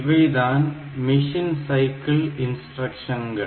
இவைதான் machine cycle இன்ஸ்டிரக்ஷன்கள்